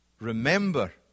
remember